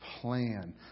Plan